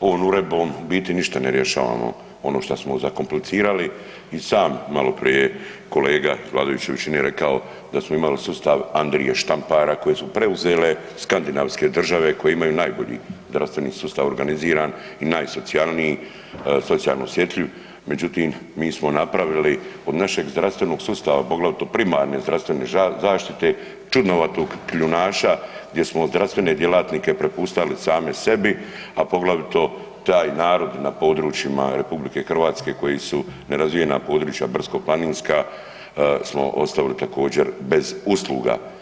ovom Uredbom u biti ništa ne rješavamo ono što smo zakomplicirali i sam maloprije kolega iz vladajuće većine rekao da smo imali sustav Andrije Štampara koji su preuzele skandinavske države koje imaju najbolji zdravstveni sustav organiziran i najsocijalniji, socijalno osjetljiv, međutim, mi smo napravili od našeg zdravstvenog sustava, poglavito primarne zdravstvene zaštite čudnovatog kljunaša, gdje smo zdravstvene djelatnike prepuštali same sebi, a poglavito taj narod na područjima RH koji su nerazvijena područja brdsko-planinska, smo ostavili također, bez usluga.